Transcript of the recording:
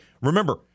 remember